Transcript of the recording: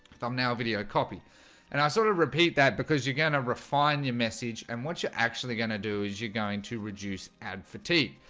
i'm now a video copy and i sort of repeat that because you're gonna refine your message and what you're actually gonna do is you're going to reduce ad fatigue.